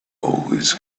always